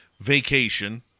vacation